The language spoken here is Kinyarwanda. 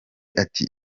ati